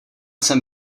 jsem